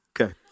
Okay